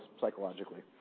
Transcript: psychologically